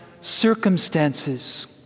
circumstances